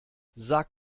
sag